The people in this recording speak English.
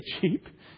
cheap